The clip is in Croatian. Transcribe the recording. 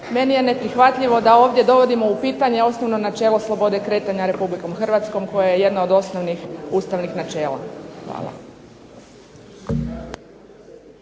meni je neprihvatljivo da ovdje dovodimo u pitanje osnovno načelo slobode kretanja Republikom Hrvatskom koje je jedno od osnovnih ustavnih načela. Hvala.